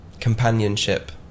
companionship